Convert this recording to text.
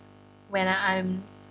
when I'm